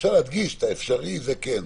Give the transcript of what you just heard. אפשר להדגיש את ההקדם האפשרי, זה כן.